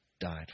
died